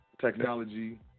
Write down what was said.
Technology